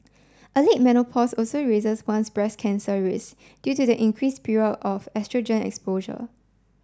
a late menopause also raises one's breast cancer risk due to the increased period of oestrogen exposure